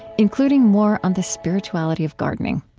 including more on the spirituality of gardening.